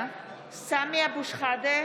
(קוראת בשמות חברי הכנסת) סמי אבו שחאדה,